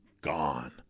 gone